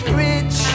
rich